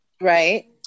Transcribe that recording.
Right